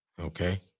Okay